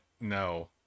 no